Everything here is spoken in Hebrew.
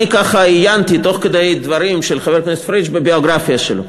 אני ככה עיינתי תוך כדי הדברים של חבר הכנסת פריג' בביוגרפיה שלו,